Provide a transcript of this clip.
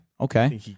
Okay